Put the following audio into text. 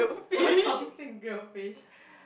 go Chongqing grilled fish